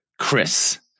Chris